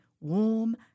warm